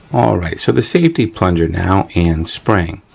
all right so the safety plunger now and spring.